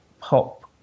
pop